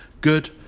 good